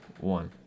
one